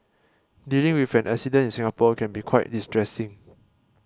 dealing with an accident in Singapore can be quite distressing